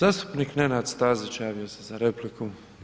Zastupnik Nenad Stazić javio se za repliku.